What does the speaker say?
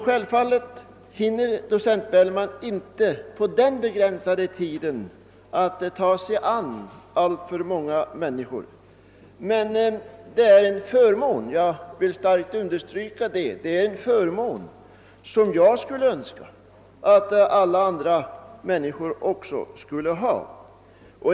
Självfallet hinner docent Bellman inte på den begränsade tiden ta sig an alltför många människor, men jag vill starkt understryka att det är en förmån att få behandlas av honom, en förmån som jag skulle önska att också andra människor kunde få.